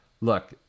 look